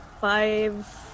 five